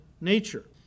nature